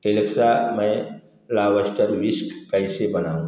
Alexa मैं lobster bisque कैसे बनाऊँ